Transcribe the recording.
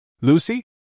Lucy